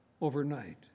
overnight